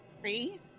Three